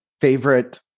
favorite